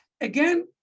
again